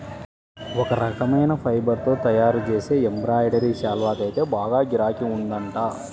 ఒక రకమైన ఫైబర్ తో తయ్యారుజేసే ఎంబ్రాయిడరీ శాల్వాకైతే బాగా గిరాకీ ఉందంట